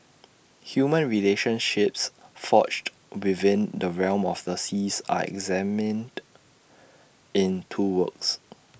human relationships forged within the realm of the seas are examined in two works